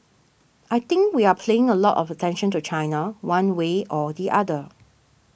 I think we are playing a lot of attention to China one way or the other